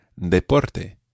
deporte